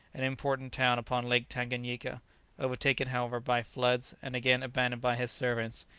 an important town upon lake tanganyika overtaken, however, by floods, and again abandoned by his servants,